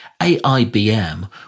AIBM